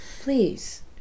please